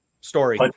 story